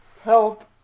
help